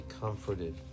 comforted